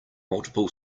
multiple